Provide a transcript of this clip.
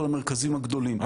או למרכזים הגדולים,